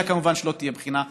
עליה כמובן שלא תהיה בחינה,